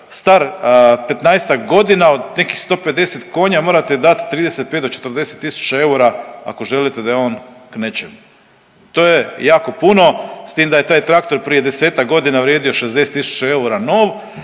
star 15-tak godina od nekih 150 konja morate dat 35 do 40 tisuća eura ako želite da je on nečem, to je jako puno s tim da je taj traktor prije 10-tak godina vrijedio 60 eura nov,